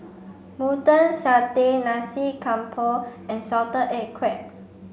mutton satay Nasi Campur and salted egg crab